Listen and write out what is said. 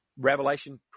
Revelation